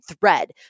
thread